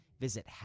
Visit